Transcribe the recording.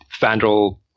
fandral